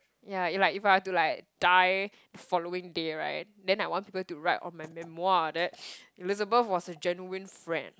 yeah if like if I were to like die the following day right then I want people to write on my memoir that Elizabeth was a genuine friend